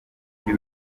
undi